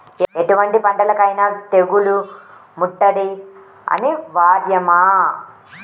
ఎటువంటి పంటలకైన తెగులు ముట్టడి అనివార్యమా?